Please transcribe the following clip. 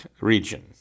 region